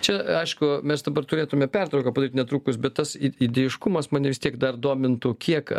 čia aišku mes dabar turėtume pertrauką padaryt netrukus bet tas id idėjiškumas mane vis tiek dar domintų kiek